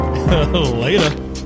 Later